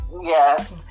Yes